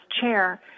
chair